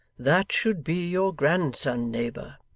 that should be your grandson, neighbour